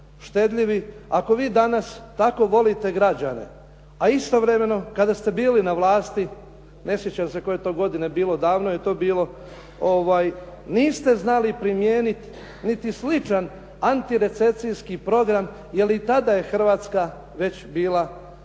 štedljivi, ako vi danas tako volite građane. A istovremeno kada ste bili na vlasti, ne sjećam se koje je to godine bilo, davno je to bilo, niste znali primijeniti niti sličan antirecesijski program jer i tada je Hrvatska već bila u